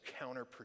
counterproductive